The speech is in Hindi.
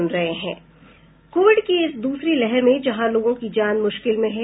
कोविड की इस दूसरी लहर में जहां लोगों की जान मुश्किल में है